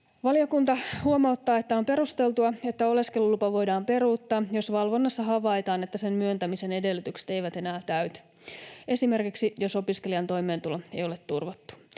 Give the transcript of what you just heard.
Valiokunta huomauttaa, että on perusteltua, että oleskelulupa voidaan peruuttaa, jos valvonnassa havaitaan, että sen myöntämisen edellytykset eivät enää täyty, esimerkiksi jos opiskelijan toimeentulo ei ole turvattu.